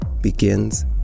begins